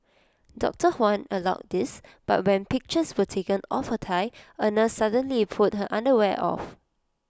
doctor Huang allowed this but when pictures were taken of her thigh A nurse suddenly pulled her underwear off